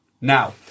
now